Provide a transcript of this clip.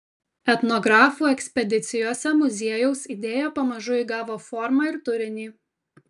etnografų ekspedicijose muziejaus idėja pamažu įgavo formą ir turinį